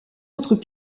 autres